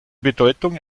bedeutung